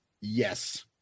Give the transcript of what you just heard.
Yes